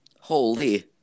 Holy